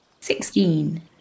Sixteen